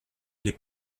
les